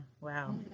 wow